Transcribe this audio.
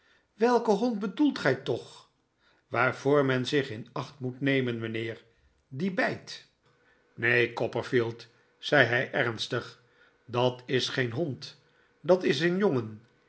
welken hond bedoelt gij toch waarvoor men zich in acht moet nemen mijnheer die bijt neen copperfield zei hij ernstig dat is geen hond dat is een jongen